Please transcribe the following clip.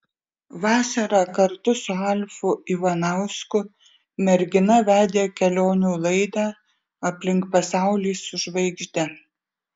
vasarą kartu su alfu ivanausku mergina vedė kelionių laidą aplink pasaulį su žvaigžde